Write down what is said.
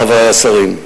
חברי השרים,